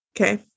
Okay